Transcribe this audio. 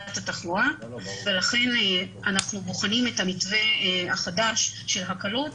התחלואה ולכן אנחנו בוחנים את המתווה החדש של הקלות,